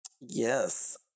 Yes